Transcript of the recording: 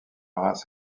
race